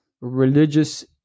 religious